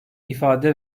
ifade